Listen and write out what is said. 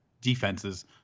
defenses